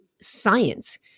science